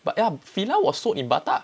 but ya Fila was sold in Bata